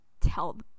tell